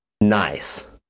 nice